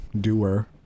Doer